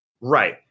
Right